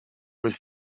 was